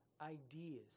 ideas